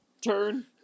turn